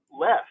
left